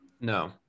No